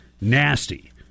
nasty